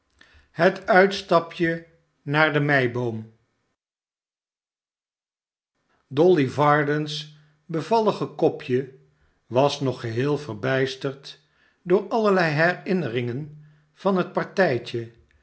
het uitstapje naar de meiboom dolly varden's bevallig kopje was nog geheel verbijsterd door allerlei herinneringen van het partijtje